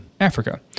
Africa